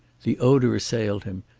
the odor assailed him,